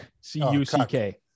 c-u-c-k